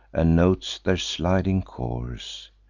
and notes their sliding course,